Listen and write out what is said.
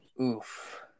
Oof